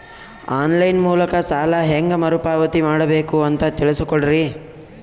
On line ಮೂಲಕ ಸಾಲ ಹೇಂಗ ಮರುಪಾವತಿ ಮಾಡಬೇಕು ಅಂತ ತಿಳಿಸ ಕೊಡರಿ?